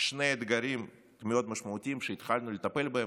שני אתגרים מאוד משמעותיים שהתחלנו לטפל בהם,